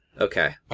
Okay